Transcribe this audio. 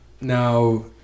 Now